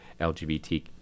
LGBT